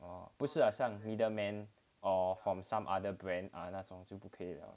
oh 不是 ah 好像 middleman or from some other brand ah 那种就可以了